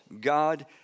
God